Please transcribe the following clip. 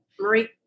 Marie